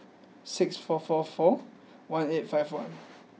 six four four four one eight five one